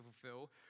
fulfill